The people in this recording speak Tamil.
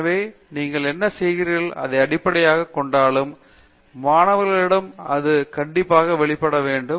எனவே நீங்கள் என்ன செய்கிறார்களோ அதையே அடிப்படையாகக் கொண்டாலும் மாணவர்களிடமிருந்து அது கண்டிப்பாக வெளிப்பட வேண்டும்